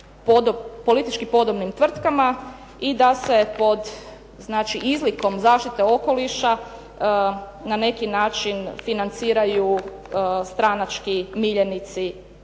politički podobnim tvrtkama i da se pod znači izlikom zaštite okoliša na neki način financiraju stranački miljenici